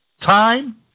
Time